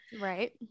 Right